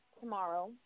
tomorrow